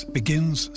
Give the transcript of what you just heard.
begins